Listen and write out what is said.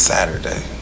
Saturday